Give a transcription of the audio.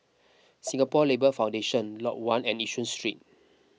Singapore Labour Foundation Lot one and Yishun Street